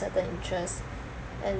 a certain interest and